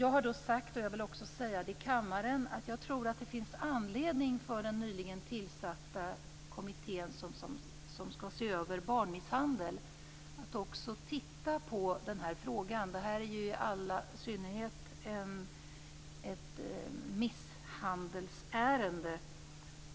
Jag har då sagt, och jag vill också säga det i kammaren, att jag tror att det finns anledning för den nyligen tillsatta kommittén som skall se över barnmisshandel att också titta på den här frågan. Detta är ju i synnerhet ett misshandelsärende.